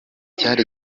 cyari